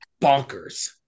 bonkers